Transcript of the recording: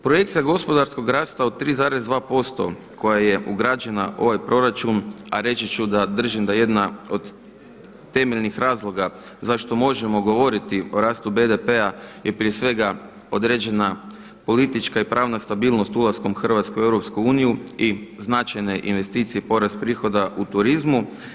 Projekcija gospodarskog rasta od 3,2% koja je ugrađena u ovaj proračun, a reći ću da držim da jedna od temeljnih razlog zašto možemo govoriti o rastu BDP-a je prije svega određena politička i pravna stabilnost ulaskom Hrvatske u EU i značajne investicije, porast prihoda u turizmu.